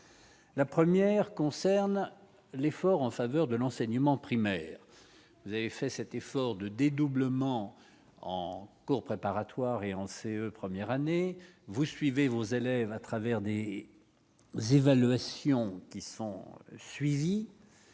la première concerne l'effort en faveur de l'enseignement primaire, vous avez fait cet effort de dédoublement en cours préparatoire et on ancée premières années vous suivez vos élèves à travers des évaluations qui sont suivis.